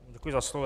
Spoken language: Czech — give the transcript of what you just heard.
Děkuji za slovo.